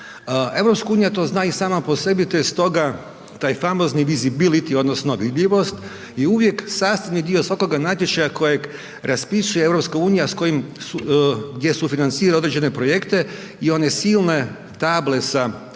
građanima. EU to zna i sama po sebi te je stoga taj famozni visibility odnosno vidljivost je uvijek sastavni dio svakoga natječaja kojeg raspisuje EU gdje sufinancira određene projekte i one silne table sa plavim